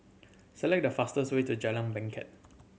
select the fastest way to Jalan Bangket